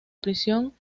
prisión